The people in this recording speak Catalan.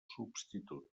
substitut